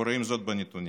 ורואים זאת בנתונים.